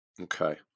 Okay